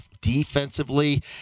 defensively